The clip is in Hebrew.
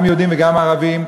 גם יהודים וגם ערבים,